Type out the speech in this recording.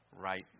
right